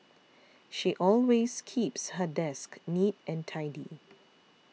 she always keeps her desk neat and tidy